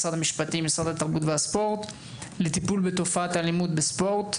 משרד המשפטים ומשרד התרבות והספורט לטיפול בתופעת האלימות בספורט.